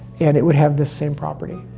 and it would have this same property.